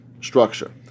structure